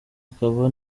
akaba